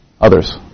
Others